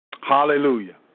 Hallelujah